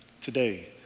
today